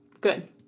Good